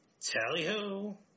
tally-ho